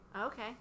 Okay